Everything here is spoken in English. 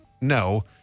no